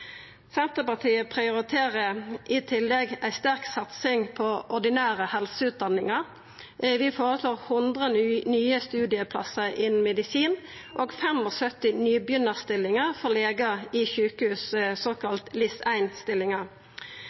Senterpartiet prioriterer i tillegg ei sterk satsing på ordinære helseutdanningar. Vi føreslår 100 nye studieplassar innan medisin og 75 nybegynnarstillingar for legar i sjukehus, såkalla